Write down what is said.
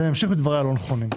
אז אמשיך בדבריי הלא נכונים.